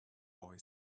boy